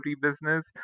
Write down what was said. business